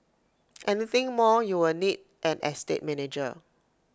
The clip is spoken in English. anything more you would need an estate manager